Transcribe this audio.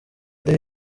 ari